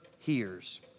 hears